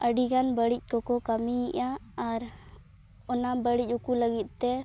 ᱟᱹᱰᱤᱜᱟᱱ ᱵᱟᱹᱲᱤᱡ ᱠᱚᱠᱚ ᱠᱟᱹᱢᱤᱭᱮᱫᱼᱟ ᱟᱨ ᱚᱱᱟ ᱵᱟᱹᱲᱤᱡ ᱩᱠᱩ ᱞᱟᱹᱜᱤᱫ ᱛᱮ